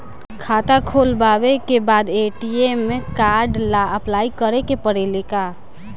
खाता खोलबाबे के बाद ए.टी.एम कार्ड ला अपलाई करे के पड़ेले का?